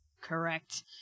correct